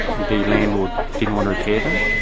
the landlord didn't want to repair them.